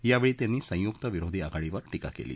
यावेळी त्यांनी संयुक् विरोधी आघाडीवर टीका केली